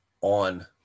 on